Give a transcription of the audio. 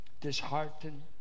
disheartened